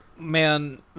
Man